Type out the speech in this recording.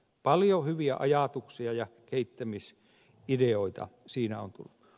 paljon hyviä ajatuksia ja kehittämisideoita siinä on tullut